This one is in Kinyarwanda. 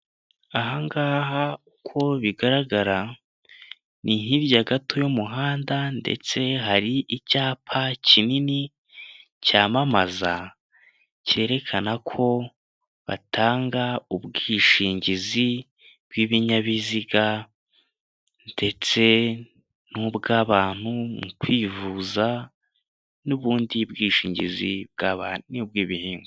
Aha ngaha uko bigaragara, ni hirya gato y'umuhanda, ndetse hari icyapa kinini cyamamaza, cyerekana ko batanga ubwishingizi bw'ibinyabiziga, ndetse n'ubw'abantu mu kwivuza, n'ubundi bwishingizi bw'abantu, n'ubw'ibihingwa.